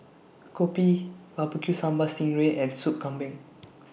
Kopi Barbecue Sambal Sting Ray and Soup Kambing